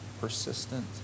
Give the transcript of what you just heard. persistent